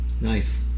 Nice